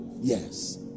yes